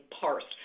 parsed